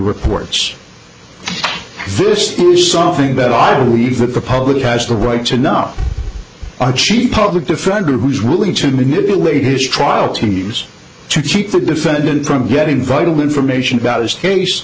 reports this something that i believe that the public has the right to know are cheap public defender who is willing to manipulate his trial teams to keep the defendant from getting vital information about his case